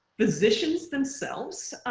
physicians themselves